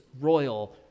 royal